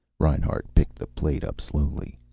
reinhart picked the plate up slowly.